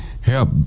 help